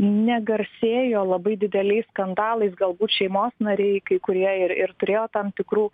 negarsėjo labai dideliais skandalais galbūt šeimos nariai kai kurie ir ir turėjo tam tikrų